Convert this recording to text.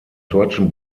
deutschen